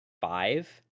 five